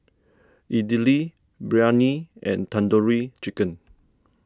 Idili Biryani and Tandoori Chicken